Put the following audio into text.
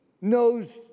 knows